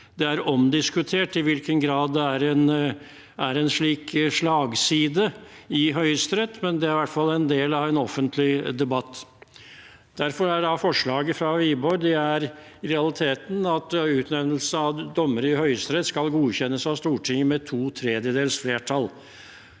Det er omdiskutert i hvilken grad det er en slik slagside i Høyesterett, men det er i hvert fall en del av en offentlig debatt. Derfor er forslaget fra representanten Wiborg i realiteten at utnevnelser av dommere i Høyesterett skal godkjennes av Stortinget med to tredjedels flertall.